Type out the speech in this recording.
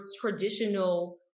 traditional